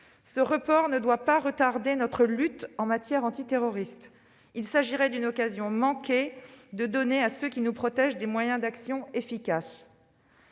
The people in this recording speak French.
Ce report ne doit pas retarder notre lutte en matière antiterroriste. Ne manquons pas l'occasion de donner à ceux qui nous protègent des moyens d'action efficaces.